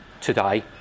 today